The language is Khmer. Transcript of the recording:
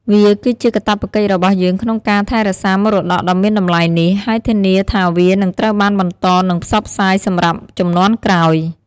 វាគឺជាកាតព្វកិច្ចរបស់យើងក្នុងការថែរក្សាមរតកដ៏មានតម្លៃនេះ ហើយធានាថាវានឹងត្រូវបានបន្តនិងផ្សព្វផ្សាយសម្រាប់ជំនាន់ក្រោយ។